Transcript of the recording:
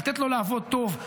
לתת לו לעבוד טוב,